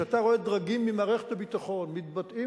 כשאתה רואה דרגים ממערכת הביטחון מתבטאים